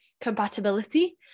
compatibility